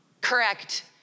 correct